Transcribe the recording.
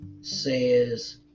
says